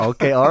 Okay